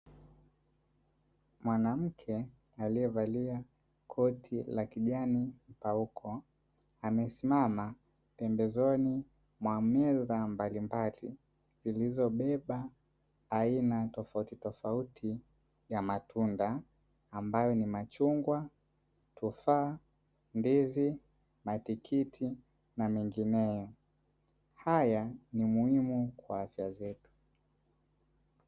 Mwanamke aliyevalia koti la kijani mpauko amesimama pembezoni mwa meza mbalimbali zilizobeba aina tofautitofauti ya matunda ambayo ni; machungwa, tufaa, ndizi, matikiti na mingineyo. Haya ni muhimu kwa afya zetu.